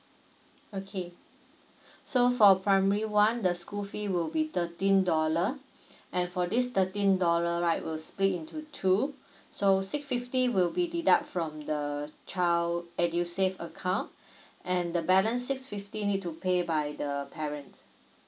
okay so for primary one the school fee will be thirteen dollar and for this thirteen dollar right will split into two so six fifty will be deduct from the child edusave account and the balance six fifty need to pay by the parent